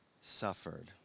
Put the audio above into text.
suffered